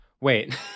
Wait